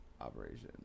operation